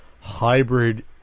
hybrid